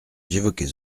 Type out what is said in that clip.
j’évoquais